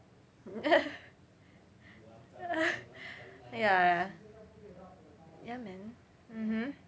ya ya ya man mm